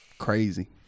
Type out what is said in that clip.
Crazy